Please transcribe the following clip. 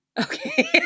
Okay